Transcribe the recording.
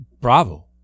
bravo